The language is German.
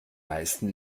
meisten